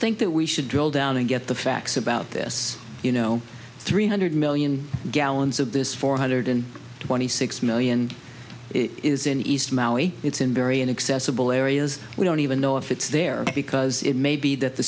think that we should drill down and get the facts about this you know three hundred million gallons of this four hundred twenty six million is in east maui it's in very inaccessible areas we don't even know if it's there because it may be that the